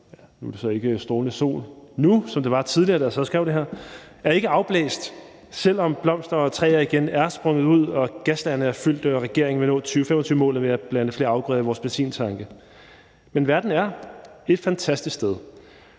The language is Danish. nu er der så ikke strålende sol, som der var tidligere, da jeg sad og skrev det her – selv om blomster og træer igen er sprunget ud, gaslagrene er fyldte og regeringen vil nå 2025-målet ved at blande flere afgrøder i vores benzintanke, men verden er et fantastisk sted,